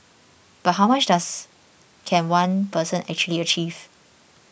but how much does can one person actually achieve